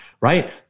right